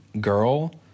girl